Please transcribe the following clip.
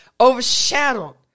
overshadowed